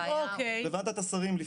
איברים.